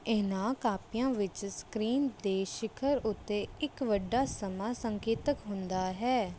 ਇਨ੍ਹਾਂ ਕਾਪੀਆਂ ਵਿੱਚ ਸਕ੍ਰੀਨ ਦੇ ਸ਼ਿਖਰ ਉੱਤੇ ਇੱਕ ਵੱਡਾ ਸਮਾਂ ਸੰਕੇਤਕ ਹੁੰਦਾ ਹੈ